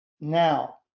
Now